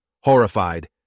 Horrified